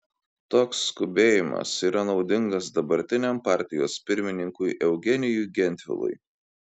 toks skubėjimas yra naudingas dabartiniam partijos pirmininkui eugenijui gentvilui